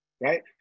right